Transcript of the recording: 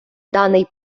даний